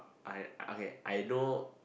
I okay I know